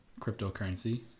cryptocurrency